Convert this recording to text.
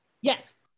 yes